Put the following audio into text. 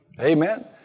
Amen